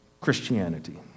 Christianity